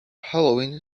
halloween